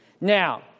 Now